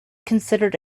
considered